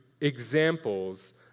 examples